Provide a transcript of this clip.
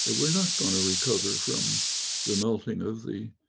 but we are not going to recover from the melting of the